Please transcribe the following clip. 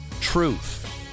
truth